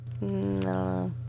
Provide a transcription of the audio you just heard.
No